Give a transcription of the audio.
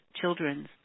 Children's